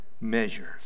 measures